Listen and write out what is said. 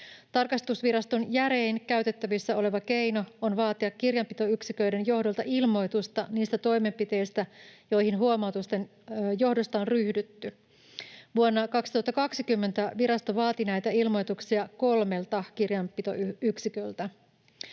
Tarkastusviraston järein käytettävissä oleva keino on vaatia kirjanpitoyksiköiden johdolta ilmoitusta niistä toimenpiteistä, joihin huomautusten johdosta on ryhdytty. Vuonna 2020 virasto vaati näitä ilmoituksia kolmelta kirjanpitoyksiköltä.